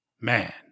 Man